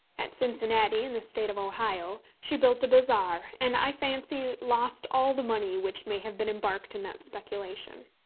at cincinnati, in the state of ohio, she built a bazaar, and i fancy lost all the money which may have been embarked in that speculation.